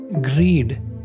greed